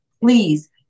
please